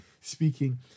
speaking